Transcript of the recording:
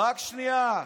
רק שנייה.